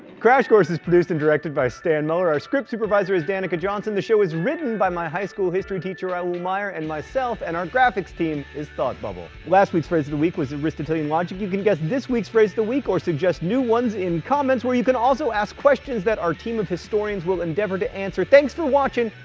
crash course is produced and directed by stan muller, our script supervisor is danica johnson. the show is written by my high school history teacher raoul meyer and myself and our graphics team is thought bubble. last week's phrase of the week was aristotelian logic. you can guess this week's phrase of the week or suggest new ones in comments, where you can also ask questions that our team of historians will endeavor to answer. thanks for watching,